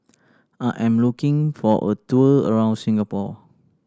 I am looking for a tour around Singapore